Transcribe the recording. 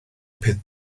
peth